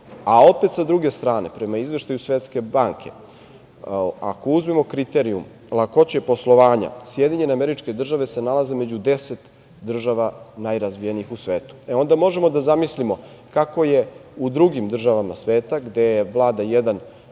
a opet sa druge strane, prema izveštaju Svetske banke ako uzmemo kriteriju lakoće poslovanja, SAD se nalaze među 10 država najrazvijenijih u svetu. Onda možemo da zamislimo kako je u drugim državama sveta gde vlada jedan